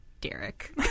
Derek